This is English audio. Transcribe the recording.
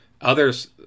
others